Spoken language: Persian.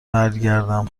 برگردم